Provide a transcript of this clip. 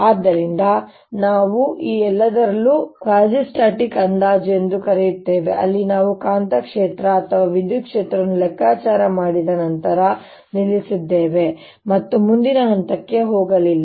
ಆದ್ದರಿಂದ ನಾವು ಈ ಎಲ್ಲದರಲ್ಲೂ ಕ್ವಾಸಿಸ್ಟಾಟಿಕ್ ಅಂದಾಜು ಎಂದು ಕರೆಯುತ್ತೇವೆ ಅಲ್ಲಿ ನಾವು ಕಾಂತಕ್ಷೇತ್ರ ಅಥವಾ ವಿದ್ಯುತ್ ಕ್ಷೇತ್ರವನ್ನು ಲೆಕ್ಕಾಚಾರ ಮಾಡಿದ ನಂತರ ನಿಲ್ಲಿಸಿದ್ದೇವೆ ಮತ್ತು ಮುಂದಿನ ಹಂತಕ್ಕೆ ಹೋಗಲಿಲ್ಲ